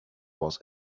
was